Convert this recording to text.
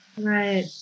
Right